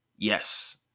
Yes